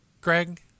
Greg